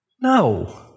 No